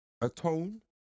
atone